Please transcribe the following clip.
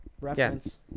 Reference